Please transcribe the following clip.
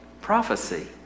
prophecy